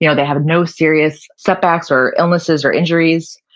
you know they had no serious setbacks or illnesses or injuries,